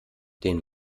den